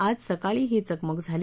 आज सकाळी ही चकमक झाली